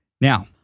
now